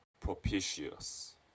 propitious